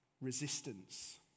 resistance